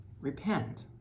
repent